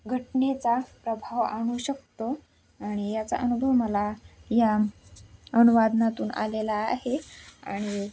घटनेचा प्रभाव आणू शकतो आणि याचा अनुभव मला या अनुवादनातून आलेला आहे आणि